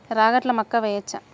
రాగట్ల మక్కా వెయ్యచ్చా?